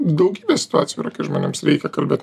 daugybė situacijų yra kai žmonėms reikia kalbėt